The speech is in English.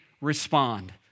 respond